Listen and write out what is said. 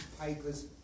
papers